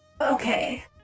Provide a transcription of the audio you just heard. Okay